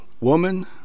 woman